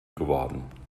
geworden